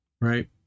Right